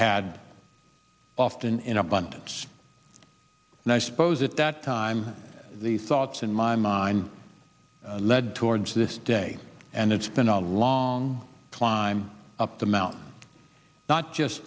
had often in abundance and i suppose at that time the thoughts in my mind led towards this day and it's been a long climb up the mountain not just